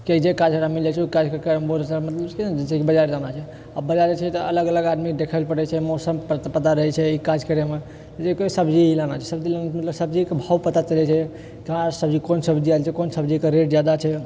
किआ तऽ जे काज हमरा मिल जाय छै ओ काज जैसे कि बजार जाना छै आब बजार जाय छै तऽ अलग अलग आदमी देखै लऽ पड़ै छै मौसम पता रहै छै ई काज करैमे जे कोइ सब्जी लाना छै मतलब सब्जी कऽ भाव पता चलै छै कहाँ कोन सब्जी आएल छै कोन सब्जीके रेट जादा छै